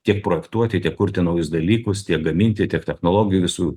tiek projektuoti tiek kurti naujus dalykus tiek gaminti tiek technologijų visų